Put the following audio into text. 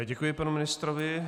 Děkuji panu ministrovi.